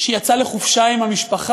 שהיא יצאה לחופשה עם המשפחה,